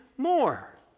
more